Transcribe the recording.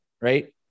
Right